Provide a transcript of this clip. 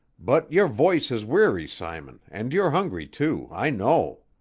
but your voice is weary, simon, and you're hungry, too, i know.